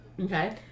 Okay